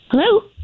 Hello